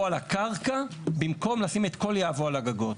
על הקרקע במקום לשים את כל יהבו על הגגות.